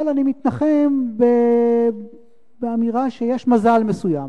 אבל אני מתנחם אולי באמירה שיש מזל מסוים.